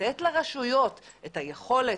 לתת לרשויות את היכולת,